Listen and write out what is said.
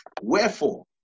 Wherefore